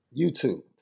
YouTube